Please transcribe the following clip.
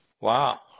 Wow